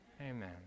Amen